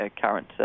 current